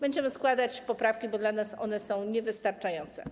Będziemy składać poprawki, bo dla nas jest to niewystarczające.